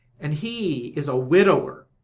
and he is a widower,